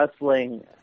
wrestling